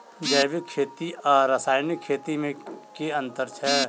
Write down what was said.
जैविक खेती आ रासायनिक खेती मे केँ अंतर छै?